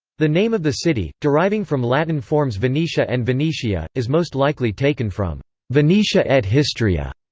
the name of the city, deriving from latin forms venetia and venetiae, is most likely taken from venetia et histria,